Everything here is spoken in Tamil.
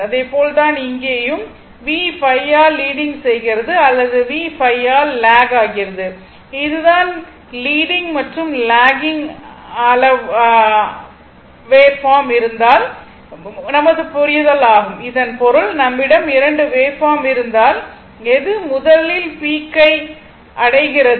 அதே போல் தான் இங்கேயும் v ϕ ஆல் லீடிங் செய்கிறது அல்லது v ϕ ஆல் லாக் ஆகிறது